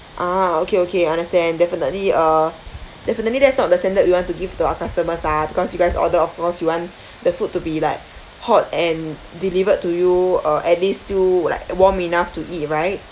ah okay okay understand definitely uh definitely that's not the standard we want to give to our customers lah because you guys order of course you want the food to be like hot and delivered to you uh at least still like warm enough to eat right